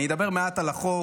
אני אדבר מעט על החוק,